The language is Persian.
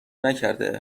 نکرده